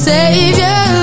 Savior